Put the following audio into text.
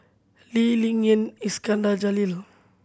Lee Ling Yen Iskandar Jalil